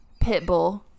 pitbull